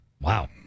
wow